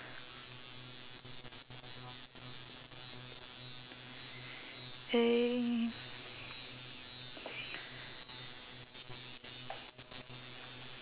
then